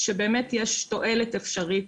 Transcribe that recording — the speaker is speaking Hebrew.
שבאמת יש תועלת אפשרית,